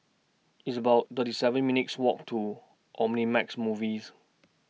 It's about thirty seven minutes' Walk to Omnimax Movies